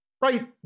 right